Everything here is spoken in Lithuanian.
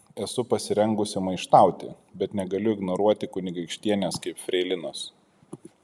esu pasirengusi maištauti bet negaliu ignoruoti kunigaikštienės kaip freilinos